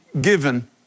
given